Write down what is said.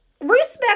Respect